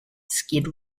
skid